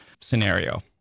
scenario